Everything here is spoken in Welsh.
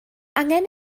angen